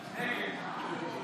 נגד.